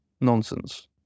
nonsense